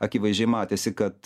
akivaizdžiai matėsi kad